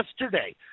Yesterday